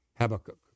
Habakkuk